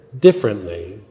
differently